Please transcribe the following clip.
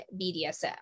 BDSM